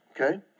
Okay